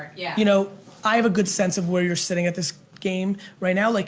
yeah you know i have a good sense of where you're sitting at this game right now. like